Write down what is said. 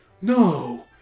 No